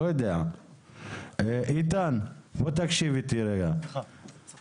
אני הייתי